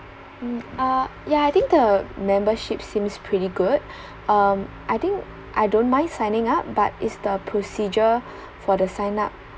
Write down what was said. mm uh ya I think the membership seems pretty good um I think I don't mind signing up but is the procedure for the sign up